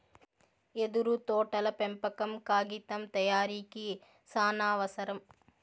యెదురు తోటల పెంపకం కాగితం తయారీకి సానావసరం